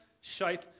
shape